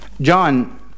John